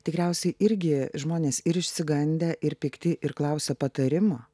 tikriausiai irgi žmonės ir išsigandę ir pikti ir klausia patarimo